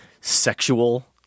sexual